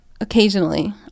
Occasionally